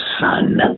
son